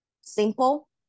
simple